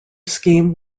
scheme